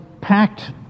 packed